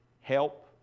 help